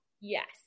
Yes